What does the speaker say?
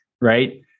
right